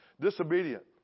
disobedient